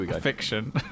fiction